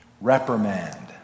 reprimand